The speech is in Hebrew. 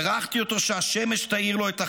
בירכתי אותו שהשמש תאיר לו את החיים,